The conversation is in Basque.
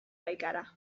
baikara